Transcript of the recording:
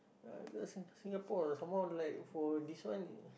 ah uh Sing~ Singapore some more like for this one